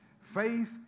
Faith